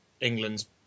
England's